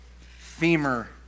femur